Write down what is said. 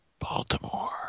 Baltimore